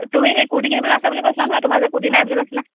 তুমি সেই কুৰ্টি কিনিবলৈ আছিল বুলি কৈছিলা নহয় তোমাৰ যে কুৰ্টি নাই বুলি কৈছিলা